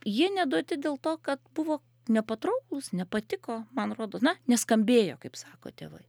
jie neduoti dėl to kad buvo nepatrauklūs nepatiko man rodo na neskambėjo kaip sako tėvai